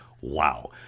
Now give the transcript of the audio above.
Wow